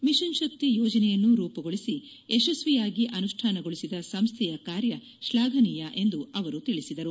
mission Shakti ಯೋಜನೆಯನ್ನು ರೂಮಗೊಳಿಸಿ ಯಶಸ್ವಿಯಾಗಿ ಅನುಷ್ಠಾನಗೊಳಿಸಿದ ಸಂಸ್ಠೆಯ ಕಾರ್ಯ ಶ್ಲಾಘನೀಯ ಎಂದು ಅವರು ತಿಳಿಸಿದರು